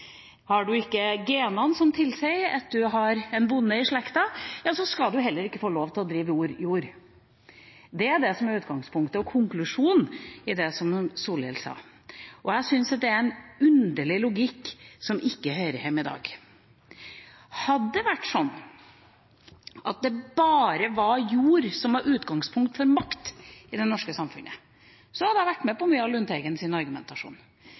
Har man ikke genene som tilsier at man har en bonde i slekta, skal man heller ikke få lov til å drive jord. Det er det som er utgangspunktet og konklusjonen i det som representanten Solhjell sa. Jeg synes at det er en underlig logikk, som ikke hører hjemme i dag. Hadde det vært sånn at det bare var jord som var utgangspunkt for makt i det norske samfunnet, hadde jeg vært med på mye av Lundteigens argumentasjon